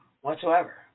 whatsoever